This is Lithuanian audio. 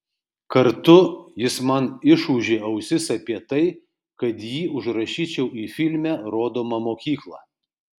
kartu jis man išūžė ausis apie tai kad jį užrašyčiau į filme rodomą mokyklą